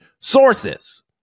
sources